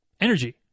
energy